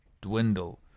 dwindle